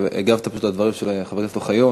הגבת על דברים של חבר הכנסת אוחיון.